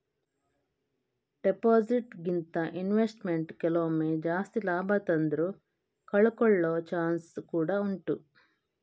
deposit ಗಿಂತ investment ಕೆಲವೊಮ್ಮೆ ಜಾಸ್ತಿ ಲಾಭ ತಂದ್ರೂ ಕಳ್ಕೊಳ್ಳೋ ಚಾನ್ಸ್ ಕೂಡಾ ಉಂಟು